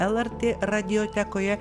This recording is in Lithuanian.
lrt radiotekoje